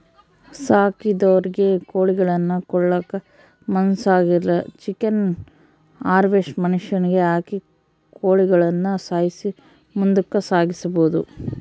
ಸಾಕಿದೊರಿಗೆ ಕೋಳಿಗುಳ್ನ ಕೊಲ್ಲಕ ಮನಸಾಗ್ಲಿಲ್ಲುದ್ರ ಚಿಕನ್ ಹಾರ್ವೆಸ್ಟ್ರ್ ಮಷಿನಿಗೆ ಹಾಕಿ ಕೋಳಿಗುಳ್ನ ಸಾಯ್ಸಿ ಮುಂದುಕ ಸಾಗಿಸಬೊದು